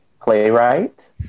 playwright